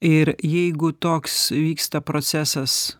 ir jeigu toks vyksta procesas